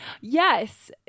yes